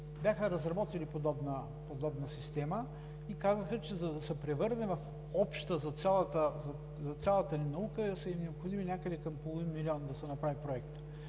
бяха разработили подобна система и казаха, че за да се превърне в обща за цялата ни наука, са им необходими някъде към половин милион – да се направи проектът.